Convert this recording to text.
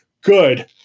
good